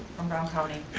from brown county.